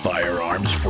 Firearms